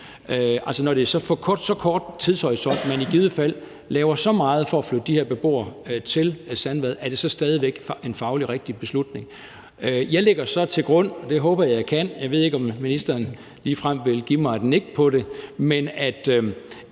når det er for så kort tid, man i givet fald laver så meget for at flytte de her beboere til Sandvad, er det så stadig væk fagligt set en rigtig beslutning? Jeg lægger så til grund – det håber jeg at jeg kan; jeg ved ikke, om ministeren ligefrem vil give mig et nik på det – at